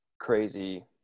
crazy